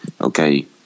okay